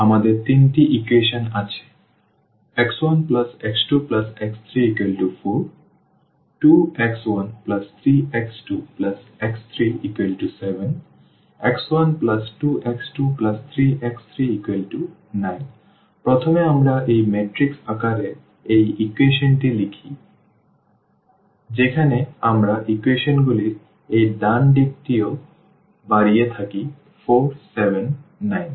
সুতরাং আমাদের তিনটি ইকুয়েশন আছে x1x2x34 2x13x2x37 x12x23x39 প্রথমে আমরা এই ম্যাট্রিক্স আকারে এই ইকুয়েশন টি লিখে থাকি যেখানে আমরা ইকুয়েশন গুলির এই ডান দিকটি ও বাড়িয়ে থাকি 4 7 9